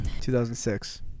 2006